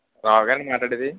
రావు గారేనా అండి మాట్లాడేది